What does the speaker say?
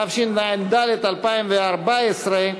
התשע"ד 2014,